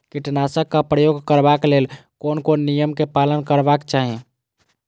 कीटनाशक क प्रयोग करबाक लेल कोन कोन नियम के पालन करबाक चाही?